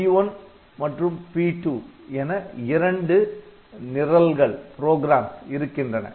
P1 மற்றும் P2 என இரண்டு நிரல்கள் இருக்கின்றன